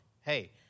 Hey